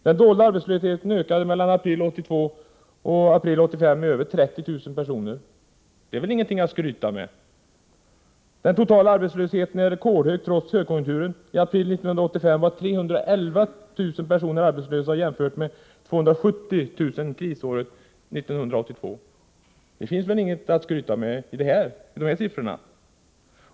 Den dolda arbetslösheten ökade mellan april 1982 och april 1985 med över 30 000 personer. Det är väl ingenting att skryta med? Den totala arbetslösheten är rekordhög trots högkonjunkturen. I april 1985 var 311 000 personer arbetslösa, jämfört med 270 000 krisåret 1982. Det finns väl inget att skryta med i de här siffrorna?